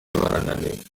barananiwe